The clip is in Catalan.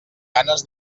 ganes